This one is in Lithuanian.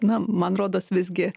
na man rodos visgi